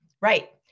Right